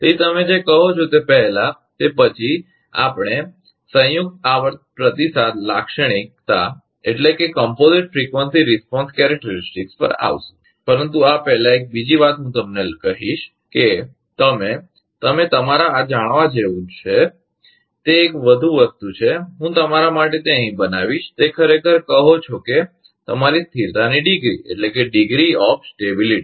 તેથી તમે જે કહો છો તે પહેલાં તે પછી આપણે સંયુક્ત આવર્તન પ્રતિસાદ લાક્ષણિકતા કોમપોઝિટ ક્રિકવંસી રિસપોન્સ કેરેકટેરીસ્ટીક પર આવીશું પરંતુ આ પહેલાં એક બીજી વાત હું તમને કહીશ કે તમે તમે તમારે આ જાણવું જોઈએ તે એક વધુ વસ્તુ છે હું તમારા માટે તે અહીં બનાવીશ તે ખરેખર કહો છો કે તમારી સ્થિરતાની ડિગ્રી ડિગ્રી ઓફ સ્ટેબીલીટી